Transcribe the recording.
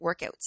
workouts